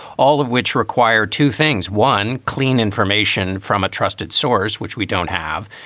all of which require two things. one, clean information from a trusted source, which we don't have.